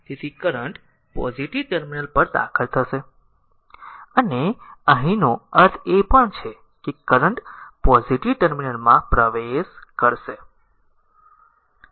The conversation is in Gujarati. તેથી કરંટ પોઝીટીવ ટર્મિનલ પર દાખલ થશે અને અહીંનો અર્થ એ પણ છે કે કરંટ પોઝીટીવ ટર્મિનલમાં પ્રવેશ કરશે